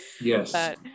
yes